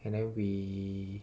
and then we